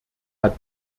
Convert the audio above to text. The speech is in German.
hat